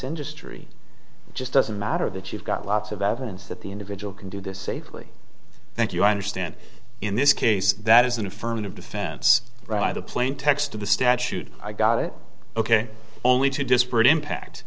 industry just doesn't matter that you've got lots of evidence that the individual can do this safely thank you understand in this case that is an affirmative defense right a plain text of the statute i got it ok only two disparate impact